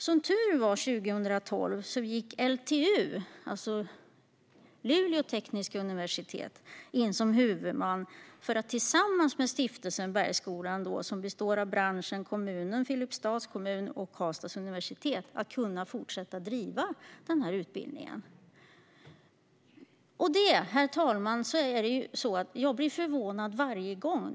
Som tur var gick LTU, Luleå tekniska universitet, in som huvudman 2012 för att fortsätta driva utbildningen tillsammans med branschen, Karlstads universitet och Stiftelsen Bergsskolan, för vilken Filipstads kommun är huvudman. Jag blir förvånad varje gång.